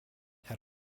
had